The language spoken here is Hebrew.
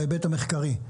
בהיבט המחקרי?